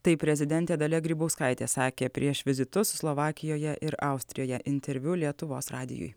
taip prezidentė dalia grybauskaitė sakė prieš vizitus slovakijoje ir austrijoje interviu lietuvos radijui